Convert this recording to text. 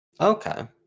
Okay